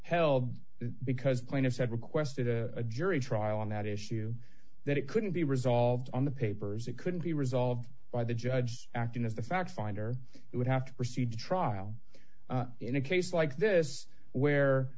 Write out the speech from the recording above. that because plaintiffs had requested a jury trial on that issue that it couldn't be resolved on the papers it couldn't be resolved by the judge acting as the fact finder it would have to proceed to trial in a case like this where